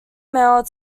male